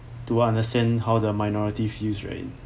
to understand how the minorities feel right